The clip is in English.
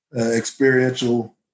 experiential